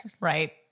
Right